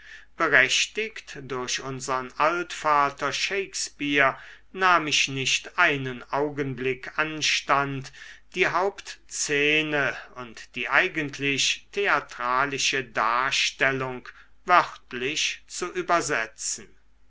berechtigt durch unsern altvater shakespeare nahm ich nicht einen augenblick anstand die hauptszene und die eigentlich theatralische darstellung wörtlich zu übersetzen